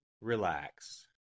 relax